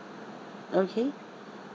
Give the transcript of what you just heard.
okay